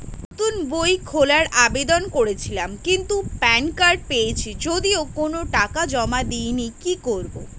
নতুন বই খোলার আবেদন করেছিলাম কিন্তু প্যান কার্ড পেয়েছি যদিও কোনো টাকা জমা দিইনি কি করব?